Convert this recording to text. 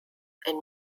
and